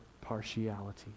partiality